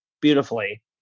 beautifully